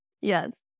Yes